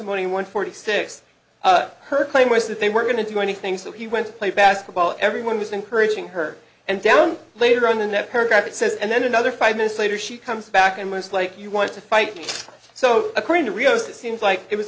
testimony one forty six her claim was that they were going to do anything so he went to play basketball everyone was encouraging her and down later on in that paragraph it says and then another five minutes later she comes back and was like you want to fight so according to rios it seems like it was